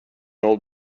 old